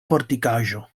fortikaĵo